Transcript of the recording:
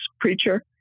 preacher